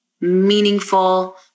meaningful